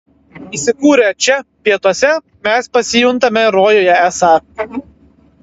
įsikūrę čia pietuose mes pasijuntame rojuje esą